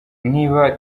niba